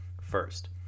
First